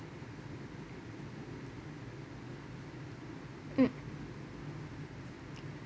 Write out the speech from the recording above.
mm